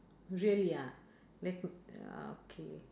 really ah let uh okay